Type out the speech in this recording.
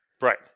right